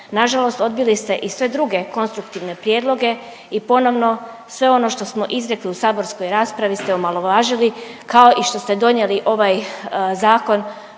Nažalost odbili ste i sve druge konstruktivne prijedloge i ponovno sve ono što smo izrekli u saborskoj raspravi ste omalovažili kao i što ste donijeli ovaj zakon